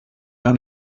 gar